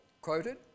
quoted